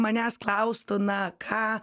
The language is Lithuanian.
manęs klaustų na ką